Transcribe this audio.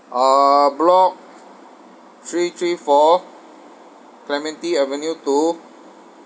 uh block three three four clementi avenue two